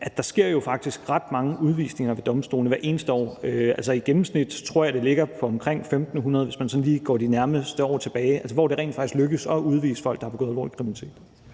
at der jo faktisk sker ret mange udvisninger ved domstolene hvert eneste år. I gennemsnit tror jeg det ligger på omkring 1.500 tilfælde, hvis man sådan lige går de nærmeste år tilbage, hvor det rent faktisk er lykkedes at udvise folk, der har begået alvorlig kriminalitet.